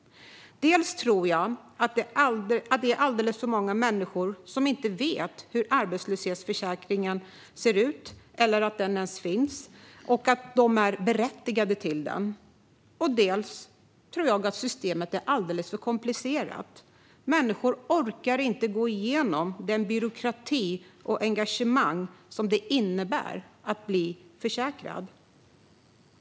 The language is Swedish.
Dels tror jag att det är alldeles för många människor som inte vet hur arbetslöshetsförsäkringen ser ut - eller att den ens finns - och att de är berättigade till den, dels tror jag att systemet är alldeles för komplicerat. Människor orkar inte gå igenom den byråkrati eller lägga ned det engagemang som krävs för att bli försäkrad.